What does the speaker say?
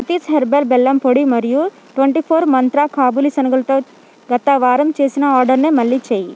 Shruti's herbal బెల్లం పొడి మరియు ట్వెంటీ ఫోర్ మంత్ర కాబూలీ శనగలుతో గత వారం చేసిన ఆర్డర్నే మళ్ళీ చేయి